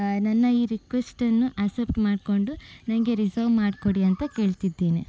ನನ್ನ ಈ ರಿಕ್ವೆಸ್ಟನ್ನು ಅಸೆಪ್ಟ್ ಮಾಡಿಕೊಂಡು ನನಗೆ ರಿಸವ್ ಮಾಡಿಕೊಡಿ ಅಂತ ಕೇಳ್ತಿದ್ದೀನಿ